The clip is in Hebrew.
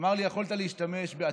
הוא אמר לי: יכולת להשתמש ב"אטימות",